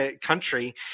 country